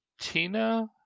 Tina